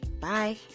Bye